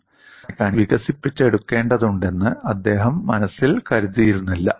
fracture mechanics വികസിപ്പിച്ചെടുക്കേണ്ടതുണ്ടെന്ന് അദ്ദേഹം മനസ്സിൽ കരുതിയിരുന്നില്ല